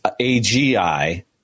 AGI